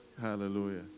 Hallelujah